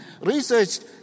researched